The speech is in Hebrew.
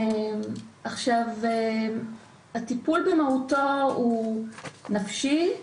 הטיפול במהותו הוא נפשי,